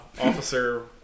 Officer